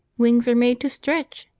wings are made to stretch,